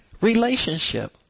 relationship